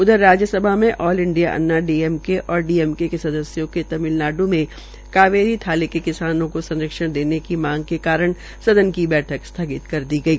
उधर राज्य सभा में all India Anna D M K और डी एम के सदसयों के तमिलनाड् में कावेरी वाले किसानों को संरक्षण देने की मांग के कारण सदन की बैठक स्थगित कर दी गई